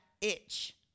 itch